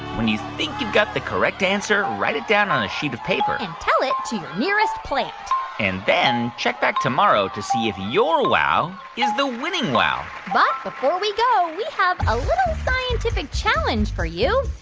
when you think you've got the correct answer, write it down on a sheet of paper and tell it to your nearest plant and then check back tomorrow to see if your wow is the winning wow but before we go we have, a little scientific challenge for you.